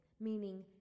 meaning